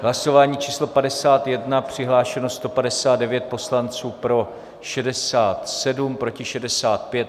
Hlasování číslo 51, přihlášeno 159 poslanců, pro 67, proti 65.